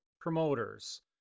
promoters